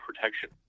protection